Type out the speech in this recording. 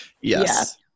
Yes